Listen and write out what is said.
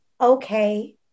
okay